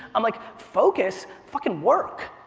i'm like focus? fucking work.